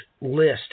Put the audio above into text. list